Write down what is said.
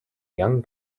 young